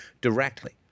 directly